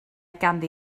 ganddi